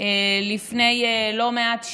לפני לא מעט שנים,